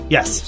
Yes